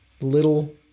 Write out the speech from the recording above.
little